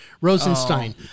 Rosenstein